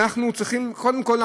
קודם כול,